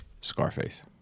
Scarface